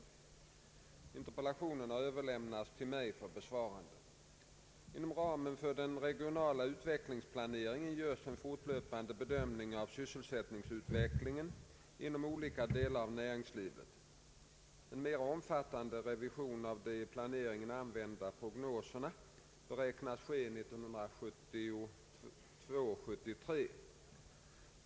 Interpellationen har överlämnats till mig för besvarande. Inom ramen för den regionala utvecklingsplaneringen görs en fortlöpande m.m. bedömning av sysselsättningsutvecklingen inom olika delar av näringslivet. En mera omfattande revision av de i planeringen använda prognoserna beräknas ske 1972/73.